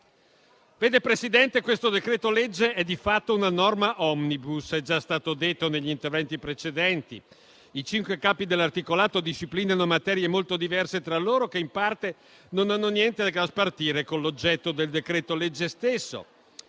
Vede, Presidente, questo decreto-legge è di fatto una norma *omnibus*, come è già stato detto negli interventi precedenti. I cinque capi dell'articolato disciplinano materie molto diverse tra loro, che in parte non hanno niente da spartire con l'oggetto del decreto-legge stesso.